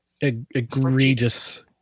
Egregious